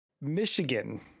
Michigan